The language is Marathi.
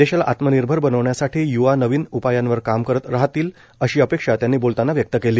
देशाला आत्मनिर्भर बनविण्यासाठी य्वा नवीन उपायांवर काम करत राहतील अशी अपेआक्षा त्यांनी बोलतांना व्यक्त केली